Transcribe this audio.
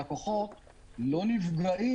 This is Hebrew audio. והלקוחות לא נפגעים,